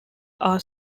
are